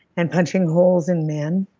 and punching holes in men,